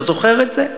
אתה זוכר את זה?